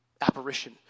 apparition